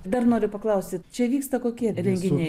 dar noriu paklausti čia vyksta kokie renginiai